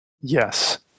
Yes